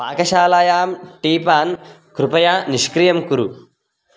पाकशालायां टीपानं कृपया निष्क्रियं कुरु